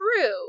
true